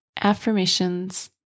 Affirmations